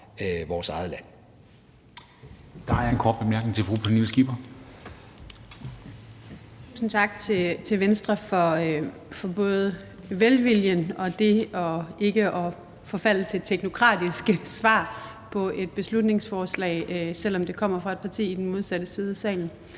vores eget land.